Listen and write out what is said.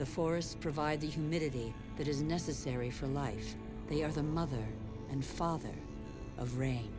the forests provide the humidity that is necessary for life they are the mother and father of rain